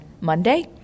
Monday